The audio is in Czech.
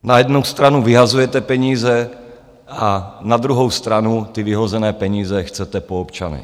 Na jednu stranu vyhazujete peníze a na druhou stranu ty vyhozené peníze chcete po občanech.